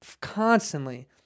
constantly